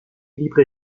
libre